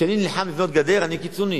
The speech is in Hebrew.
כשאני נלחם לבנות גדר אני קיצוני,